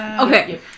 Okay